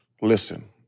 listen